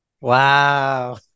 Wow